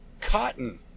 Cotton